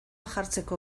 jartzeko